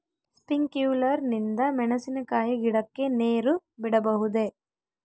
Sprinkler ನಿಂದ ಮೆಣಸಿನಕಾಯಿ ಗಿಡಕ್ಕೆ ನೇರು ಬಿಡಬಹುದೆ?